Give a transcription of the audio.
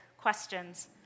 questions